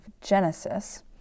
Genesis